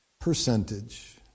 percentage